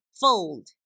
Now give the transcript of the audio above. fold